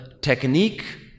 technique